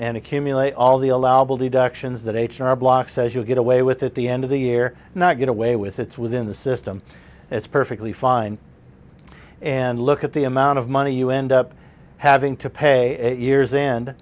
and accumulate all the allowable deductions that h and r block says you'll get away with at the end of the year not get away with it's within the system it's perfectly fine and look at the amount of money you end up having to pay years in